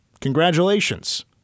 Congratulations